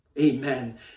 Amen